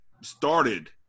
started